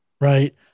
Right